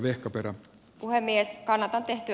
arvoisa puhemies kana on tehty